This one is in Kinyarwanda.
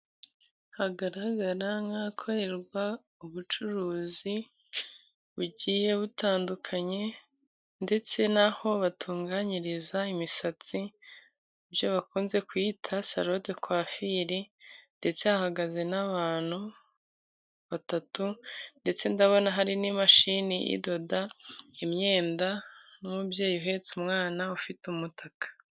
Hagaragara nk'ahakorerwa ubucuruzi bugiye butandukanye, ndetse n'aho batunganyiriza imisatsi ibyo bakunze kwita saro de kwafiri ndetse hahagaze n'abantu batatu, ndetse ndabona hari n'imashini idoda imyenda n'umubyeyi uhetse umwana ufite umutaka.